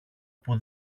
που